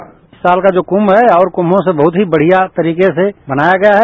bite साल का जो कुंच है और कुंचों से बहत ही बढ़िया तरीके से मनाया गया है